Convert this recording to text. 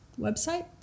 website